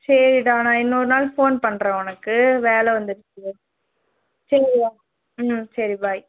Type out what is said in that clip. சரிடா நான் இன்னொரு நாள் ஃபோன் பண்ணுறேன் உனக்கு வேலை வந்துடுச்சு எனக்கு சரிடா ம் சரி பாய்